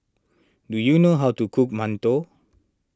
do you know how to cook Mantou